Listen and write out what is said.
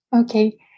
Okay